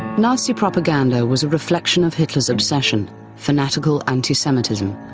nazi propaganda was a reflection of hitler's obsession fanatical anti-semitism.